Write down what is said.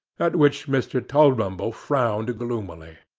at which mr. tulrumble frowned gloomily.